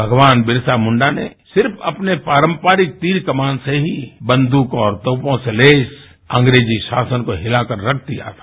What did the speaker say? भगवान बिरसा मुंडा ने सिर्फ अपने पारंपरिक तीर कमान से ही बन्द्रक और तोपों से लैस अंग्रेजी शासन को हिताकर रख दिया था